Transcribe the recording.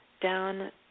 down